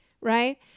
right